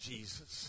Jesus